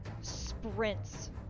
sprints